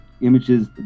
images